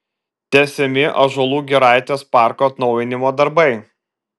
tęsiami ąžuolų giraitės parko atnaujinimo darbai